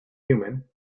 human